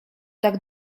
tak